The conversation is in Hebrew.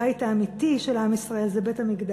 הבית האמיתי של עם ישראל זה בית-המקדש,